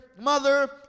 mother